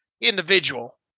individual